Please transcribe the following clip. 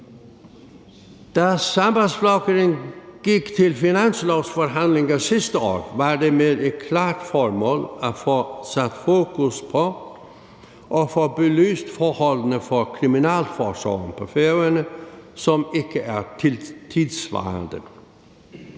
Da Sambandsflokkurin gik til finanslovsforhandlinger sidste år, var det med et klart formål, nemlig at få sat fokus på og få belyst forholdene for kriminalforsorgen på Færøerne, som ikke er tidssvarende.